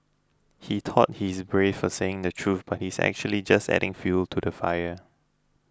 he thought he's brave for saying the truth but he's actually just adding fuel to the fire